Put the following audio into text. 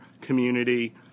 community